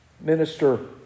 minister